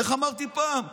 איך אמרתי פעם?